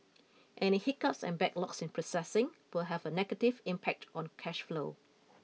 any hiccups and backlogs in processing will have a negative impact on cash flow